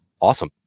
awesome